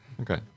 Okay